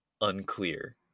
unclear